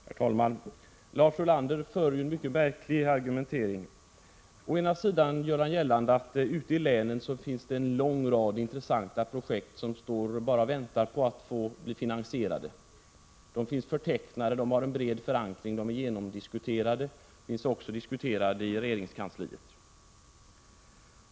Herr talman! Lars Ulander för en märklig argumentering. Till att börja med gör han gällande att det ute i länen finns en lång rad intressanta projekt som bara väntar på att bli finansierade. De finns förtecknade, de har en bred förankring, de är genomdiskuterade. De är också diskuterade i regeringskansliet.